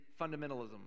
fundamentalism